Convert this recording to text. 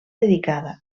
dedicada